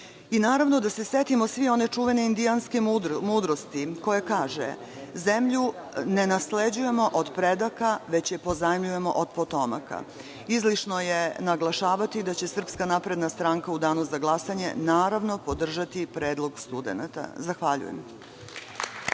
da se setimo svi one čuvene indijanske mudrosti, koja kaže – zemlju ne nasleđujemo od predaka, već je pozajmljujemo od potomaka. Izlišno je naglašavati da će Srpska napredna stranka u danu za glasanje naravno, podržati predlog studenata. Zahvaljujem.